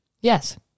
Yes